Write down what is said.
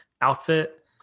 outfit